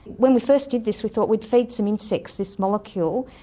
when we first did this we thought we'd feed some insects this molecule,